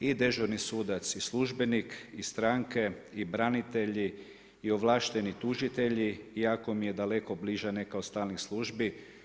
i dežurni sudac i službenik i stranke i branitelji i ovlašteni tužitelji iako im je daleko bliža neka od stalnih službi.